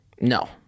no